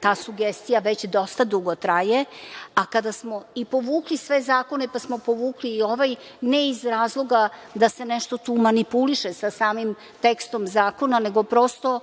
ta sugestija već dosta dugo traje, a kada smo i povukli sve zakone, pa smo povukli i ovaj, ne iz razloga da se nešto tu manipuliše sa samim tekstom zakona, nego prosto